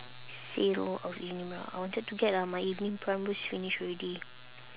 sale of evening I wanted to get uh my evening primrose finish already